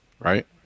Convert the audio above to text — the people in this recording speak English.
Right